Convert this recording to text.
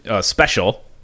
special